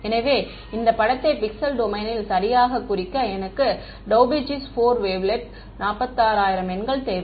எனவே இந்த படத்தை பிக்சல் டொமைனில் சரியாகக் குறிக்க எனக்கு டூபெச்சீஸ் 4 வேவ்லெட் 46000 எண்கள் தேவை